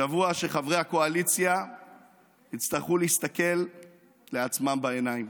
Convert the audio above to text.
שבוע שבו חברי הקואליציה יצטרכו להסתכל לעצמם בעיניים.